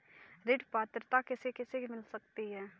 ऋण पात्रता किसे किसे मिल सकती है?